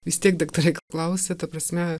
vis tiek daktarai klausia ta prasme